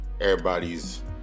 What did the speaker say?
Everybody's